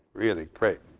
really? great.